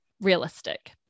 realistic